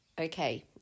Okay